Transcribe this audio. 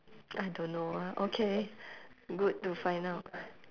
I don't know ah okay good to find out